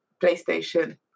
PlayStation